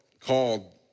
called